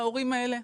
ההורים האלה,